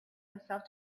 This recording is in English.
himself